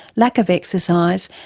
lack of exercise,